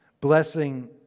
blessing